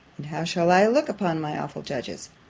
and how shall i look upon my awful judges?